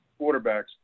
quarterbacks